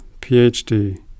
Ph.D